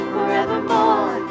Forevermore